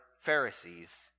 Pharisees